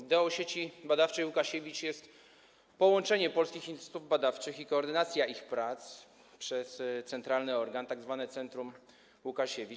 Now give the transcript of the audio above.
Ideą Sieci Badawczej: Łukasiewicz jest połączenie polskich instytutów badawczych i koordynacja ich prac przez centralny organ - tzw. Centrum Łukasiewicz.